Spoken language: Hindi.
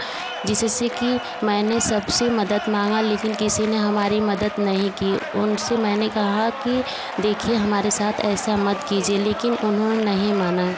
जिससे कि मैंने सबसे मदद मांगा लेकिन किसी ने हमारी मदद नहीं की उनसे मैंने कहा कि देखिए हमारे साथ ऐसा मत कीजिए लेकिन उन्होंने नहीं माना